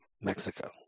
Mexico